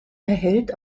erhält